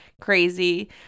crazy